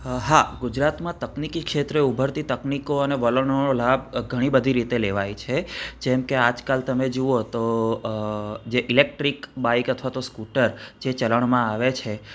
હા ગુજરાતમાં તકનિકી ક્ષેત્રે ઉભરતી તકનિકો અને વલણોનો લાભ ઘણી બધી રીતે લેવાય છે જેમકે આજ કાલ તમે જુઓ તો જે ઈલેક્ટ્રિક બાઈક અથવા તો સ્કૂટર જે ચલણમાં આવે છે